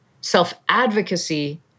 self-advocacy